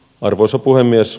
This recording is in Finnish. arvoisa puhemies